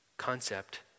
concept